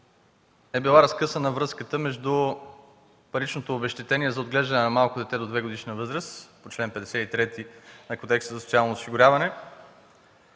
е била разкъсана връзката между паричното обезщетение за отглеждане на малко дете до 2-годишна възраст по чл. 53 на Кодекса за социално осигуряване,